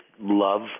love